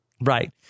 Right